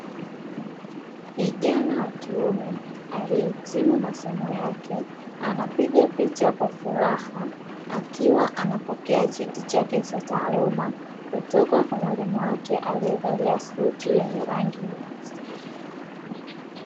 Kijana wa kiume aliyehitimu masomo yake, anapiga picha kwa furaha. Akiwa anapokea cheti cha taaluma kutoka kwa mwalimu wake aliyevalia suti yenye rangi nyeusi.